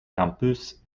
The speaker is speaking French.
campus